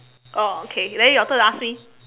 oh okay then your turn to ask me